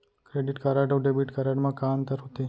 Credit card अऊ debit card मा का अंतर होथे?